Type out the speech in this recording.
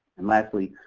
and lastly,